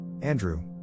Andrew